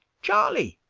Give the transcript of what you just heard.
charley,